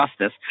justice